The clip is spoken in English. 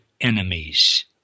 enemies